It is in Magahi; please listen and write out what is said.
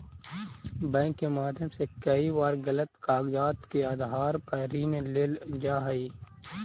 बैंक के माध्यम से कई बार गलत कागजात के आधार पर ऋण लेल जा हइ